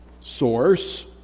source